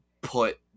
put